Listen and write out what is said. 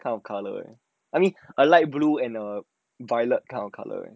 kind of colour I mean a light blue and err violet kind of colour